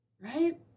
Right